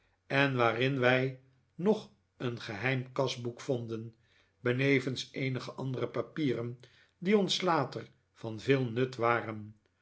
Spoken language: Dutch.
en waarin wij nog een geheim kasboek vonden benevens eenige andere papieren die ons later van veel nut waren